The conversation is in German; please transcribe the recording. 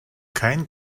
kein